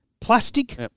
plastic